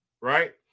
right